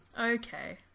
Okay